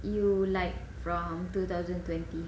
you like from two thousand twenty